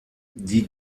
die